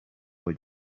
when